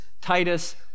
titus